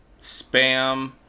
spam